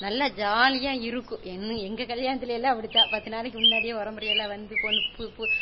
நல்லா ஜாலியாக இருக்கும் எங்கள் கல்யாணத்லலாம் அப்படிதான் பத்து நாளைக்கு முன்னாடியே உறவு முறையல்லாம் வந்து பொண்ணு